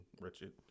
Richard